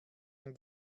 ein